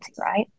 right